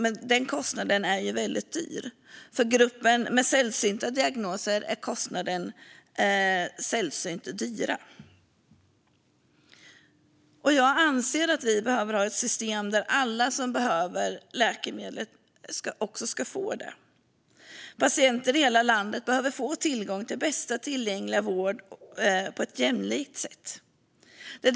Men den kostnaden är väldigt hög. För gruppen med sällsynta diagnoser är kostnaden för läkemedel sällsynt hög. Jag anser att vi behöver ha ett system där alla som behöver läkemedlet också ska få det. Patienter i hela landet behöver få tillgång till bästa tillgängliga vård på ett jämlikt sätt.